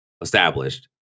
established